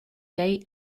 day